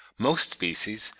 most species,